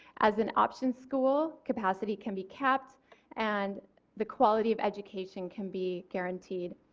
as an option school capacity can be capped and the quality of education can be guaranteed.